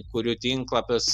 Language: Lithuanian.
kuriu tinklapius